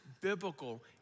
biblical